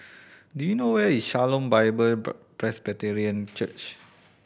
do you know where is Shalom Bible Presbyterian Church